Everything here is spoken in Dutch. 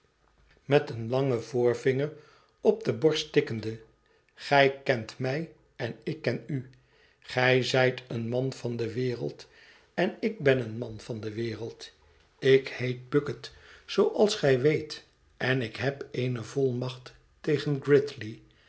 met een langen voorvinger op de borst tikkende gij kent mij en ik ken u gij zijt een man van de wereld en ik ben een man van de wereld ik heet bucket zooals gij weet en ik heb eene volmacht tegen